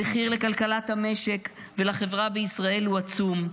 המחיר לכלכלת המשק ולחברה בישראל, הוא עצום.